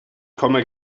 komme